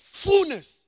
fullness